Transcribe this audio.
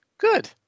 Good